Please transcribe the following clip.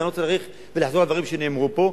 ואני לא רוצה להאריך ולחזור על דברים שנאמרו פה.